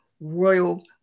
royal